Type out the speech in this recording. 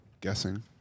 guessing